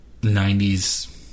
90s